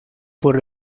por